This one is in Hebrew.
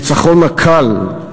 הניצחון הקל,